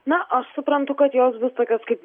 na aš suprantu kad jos bus tokios kaip